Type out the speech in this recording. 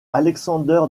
alexander